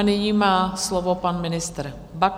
Nyní má slovo pan ministr Baxa.